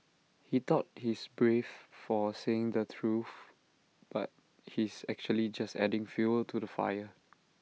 he thought he's brave for saying the truth but he's actually just adding fuel to the fire